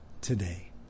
today